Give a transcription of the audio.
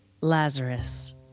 Lazarus